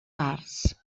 parts